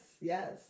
Yes